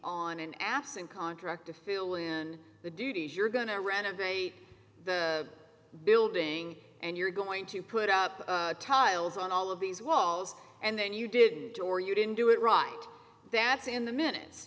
on an absent contract to fill in the duties you're going to renovate the building and you're going to put up tiles on all of these walls and then you did it or you didn't do it right that's in the minutes